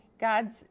God's